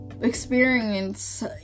experience